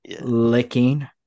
licking